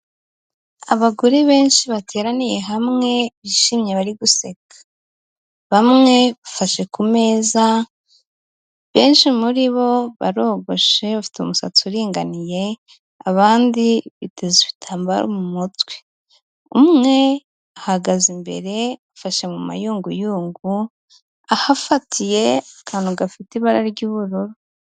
Abagore benshi bateraniye hamwe bishimye bari guseka, bamwe bafashe ku meza, benshi muri bo barogoshe bafite umusatsi uringaniye, abandi biteza ibitambaro mu mutwe, umwe ahagaze imbere afashe mu mayunguyungu, ahafatiye akantu gafite ibara ry'ubururu.